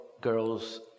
girls